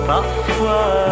Parfois